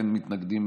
אין מתנגדים,